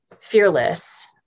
fearless